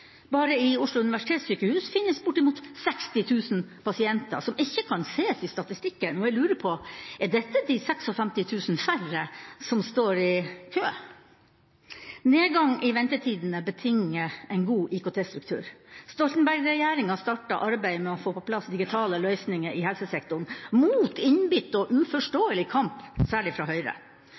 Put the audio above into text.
Bare i Oslo universitetssykehus finnes bortimot 60 000 pasienter som ikke kan ses i statistikken, og jeg lurer på: Er dette de 56 000 færre som står i kø? Nedgang i ventetidene betinger en god IKT-struktur. Stoltenberg-regjeringa startet arbeidet med å få på plass digitale løsninger i helsesektoren – mot innbitt og uforståelig kamp, særlig fra Høyre.